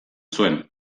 zuen